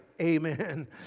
amen